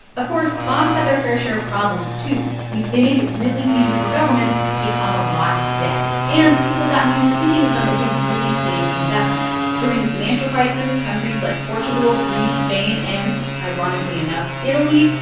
of course, bonds had their fair share of problems, too. i mean, they make it really easy for governments to take on a lot of debt. and people have gotten used to thinking of them as a really safe investment during the financial crisis, countries like portugal, greece, spain and, ironically enough, italy,